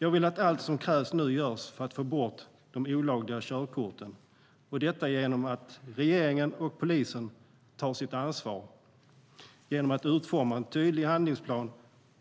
Jag vill att allt som krävs nu görs för att man ska få bort de olagliga körkorten genom att regeringen och polisen tar sitt ansvar genom att utforma en tydlig handlingsplan